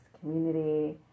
community